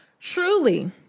Truly